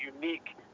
unique